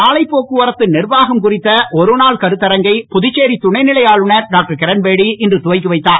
சாலைப்போக்குவரத்து நிர்வாகம் குறித்த ஒரு நாள் கருத்தரங்கை புதுச்சேரி துணைநிலை ஆளுநர் டாக்டர் கிரண்பேடி இன்று துவக்கி வைத்தார்